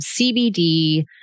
CBD